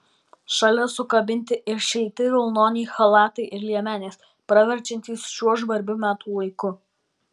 šalia sukabinti ir šilti vilnoniai chalatai ir liemenės praverčiantys šiuo žvarbiu metų laiku